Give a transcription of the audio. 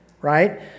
right